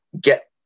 get